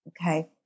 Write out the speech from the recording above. Okay